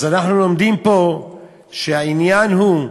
אז אנחנו לומדים פה שהעניין הוא,